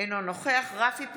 אינו נוכח רפי פרץ,